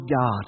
God